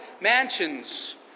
mansions